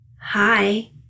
Hi